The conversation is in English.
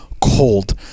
cold